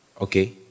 Okay